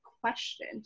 question